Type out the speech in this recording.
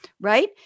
right